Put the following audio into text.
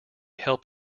help